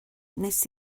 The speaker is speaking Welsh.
wnes